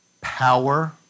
power